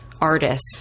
artist